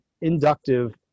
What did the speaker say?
inductive